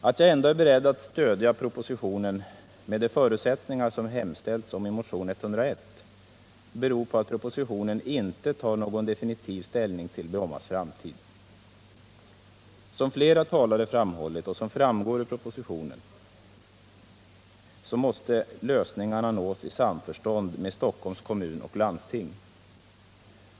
Att jag ändå är beredd att stödja propositionen, med de förutsättningar som det hemställs om i motionen 101, beror på att oppositionen inte tar någon definitiv ställning till Brommas framtid. Som flera talare framhållit, och som framgår av propositionen, måste lösningarna nås i samförstånd med Stockholms kommun och landsting.